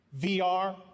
VR